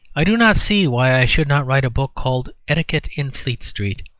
i do not see why i should not write a book called etiquette in fleet street,